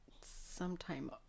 sometime